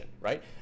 right